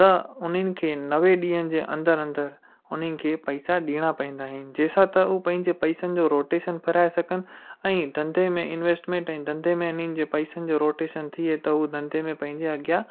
त उन्हनि खे नवे ॾींहनि जे अंदरु अंदरु उन्हनि खे पैसा ॾियणा पवंदा आहिनि जंहिंसां त उहे पंहिंजे पैसनि जो रोटेशन फिराए सघनि ऐं धंधे में इंवैस्टमैंट ऐं धंधे में हिननि जे पैसनि जो रोटेशन थिए त उहो धंधे में पंहिंजे अॻियां